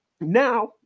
now